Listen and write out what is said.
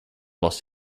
los